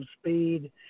speed